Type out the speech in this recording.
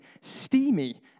steamy